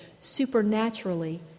supernaturally